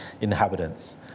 inhabitants